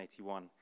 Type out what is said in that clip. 1981